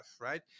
right